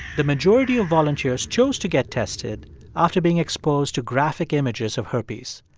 the majority of volunteers chose to get tested after being exposed to graphic images of herpes.